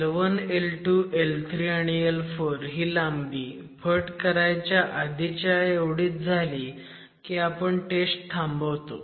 L1 L2 L3 आणि L4 ही लांबी फट करायच्या आधीच्या एवढीच झाली की आपण टेस्ट थांबवतो